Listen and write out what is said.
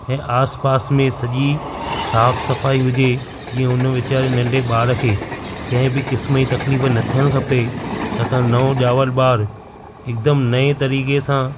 ऐं आस पास में सॼी साफ़ु सफ़ाई हुजे जीअं हुन वेचारे नंढे ॿार खे कंहिं बि क़िस्म जी तकलीफ़ु न थियणु खपे छाकाणि नओं ॼावलु ॿारु हिकदमि नएं तरीक़े सां